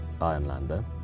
Ironlander